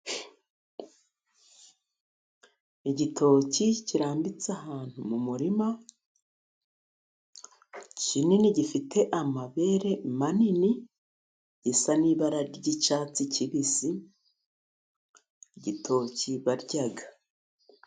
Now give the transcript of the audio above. Igitoki kirambitse ahantu mu murima, kinini gifite amabere manini, gisa n'ibara ry'icyatsi kibisi, igitoki barya.